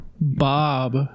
Bob